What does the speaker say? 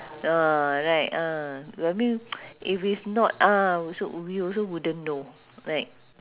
ah right ah I mean if is not ah so we also we also wouldn't know right